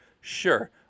Sure